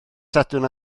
sadwrn